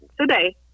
today